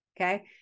okay